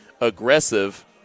aggressive